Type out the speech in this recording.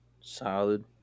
Solid